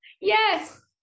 Yes